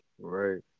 Right